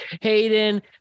Hayden